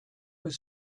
was